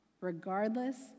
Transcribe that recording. regardless